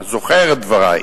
אתה זוכר את דברי,